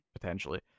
potentially